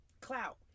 clout